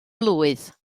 blwydd